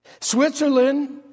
Switzerland